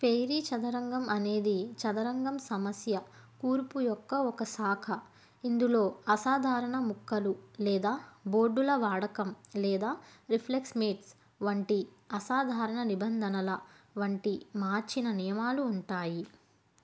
fairy చదరంగం అనేది చదరంగం సమస్య కూర్పు యొక్క ఒక శాఖ ఇందులో అసాధారణ ముక్కలు లేదా బోర్డుల వాడకం లేదా రిఫ్లెక్స్మేట్స్ వంటి అసాధారణ నిబంధనల వంటి మార్చిన నియమాలు ఉంటాయి